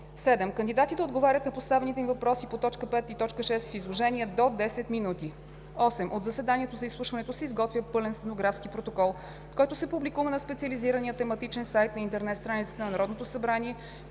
7. Кандидатите отговарят на поставените им въпроси по т. 5 и т. 6 в изложение до 10 минути. 8. От заседанието за изслушването се изготвя пълен стенографски протокол, който се публикува на специализирания тематичен сайт на интернет страницата на Народното събрание.